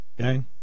okay